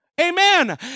amen